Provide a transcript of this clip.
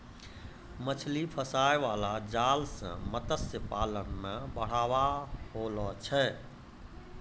मछली फसाय बाला जाल से मतस्य पालन मे बढ़ाबा होलो छै